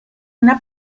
una